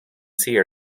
sea